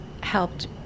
helped